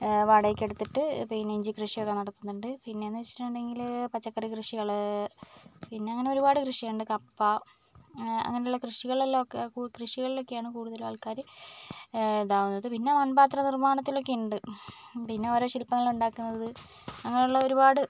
വാടകയ്ക്കെടുത്തിട്ട് പിന്നിഞ്ചി കൃഷിയൊക്കെ നടത്തുന്നുണ്ട് പിന്നെന്നു വെച്ചിട്ടുണ്ടെങ്കിൽ പച്ചക്കറി കൃഷികൾ പിന്നങ്ങനെ ഒരുപാട് കൃഷിയുണ്ട് കപ്പ അങ്ങനുള്ള കൃഷികളെല്ലം ഒക്കെ കൃഷികളിലോക്കെയാണ് കൂടുതലും ആൾക്കാർ ഇതാവുന്നത് പിന്നെ മൺപാത്ര നിർമ്മാണത്തിലൊക്കെയുണ്ട് പിന്നെ ഓരോ ശിൽപ്പങ്ങളുണ്ടാക്കുന്നത് അങ്ങനുള്ള ഒരുപാട്